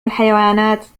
الحيوانات